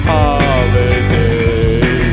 Holiday